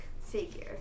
figure